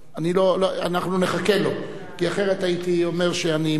אנחנו נחכה לו, כי אחרת הייתי אומר שאני מבטל.